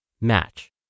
Match